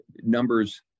numbers